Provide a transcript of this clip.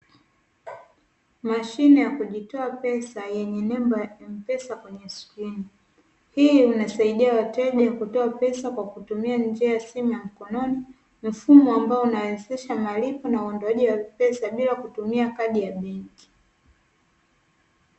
Mashine ya kujitoa pesa yenye nembo ya "M-Pesa" kwenye skrini. Hii inasaidia wateja kutoa pesa kwa kutumia njia ya simu ya mkononi, mfumo ambao unawezesha malipo na huondoaji wa pesa bila kutumia kadi ya benki.